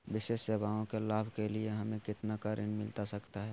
विशेष सेवाओं के लाभ के लिए हमें कितना का ऋण मिलता सकता है?